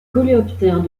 coléoptères